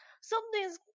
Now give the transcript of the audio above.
something's